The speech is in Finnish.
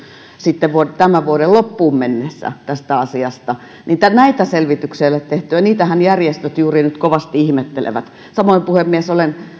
sitten tämän vuoden loppuun mennessä tästä asiasta näitä selvityksiä ei ole tehty ja sitähän järjestöt juuri nyt kovasti ihmettelevät samoin puhemies olen